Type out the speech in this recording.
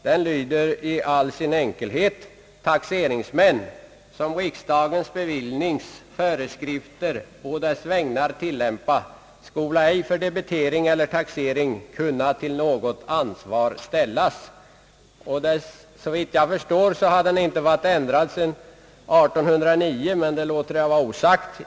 Den lyder i all sin enkelhet: »Taxeringsmän, som riksdagens bevillnings föreskrifter å dess vägnar tillämpa, skola ej för debitering eller taxering kunna till något ansvar ställas.» Såvitt jag förstår har paragrafen inte ändrats sedan 1809, men det låter jag vara osagt.